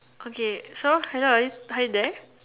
okay so hello are you hi there